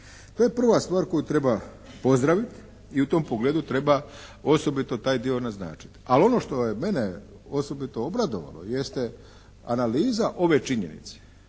To je prva stvar koju treba pozdravit i u tom pogledu treba osobito taj dio naznačiti. Ali ono što je mene osobito obradovalo jeste analiza ove činjenice